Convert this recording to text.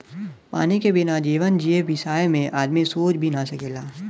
पानी के बिना जीवन जिए बिसय में आदमी सोच भी न सकेला